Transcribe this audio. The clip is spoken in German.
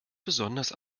besonders